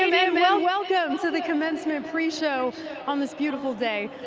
and welcome to the commencement pre-show on this beautiful day.